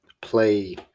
play